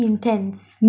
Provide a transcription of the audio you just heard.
intense